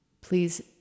Please